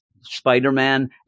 Spider-Man